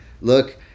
look